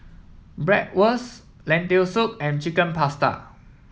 Bratwurst Lentil Soup and Chicken Pasta